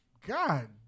God